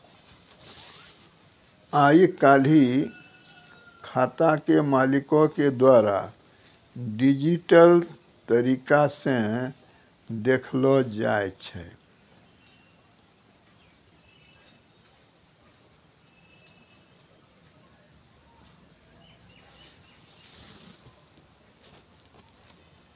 आइ काल्हि खाता के मालिको के द्वारा डिजिटल तरिका से देखलो जाय छै